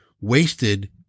wasted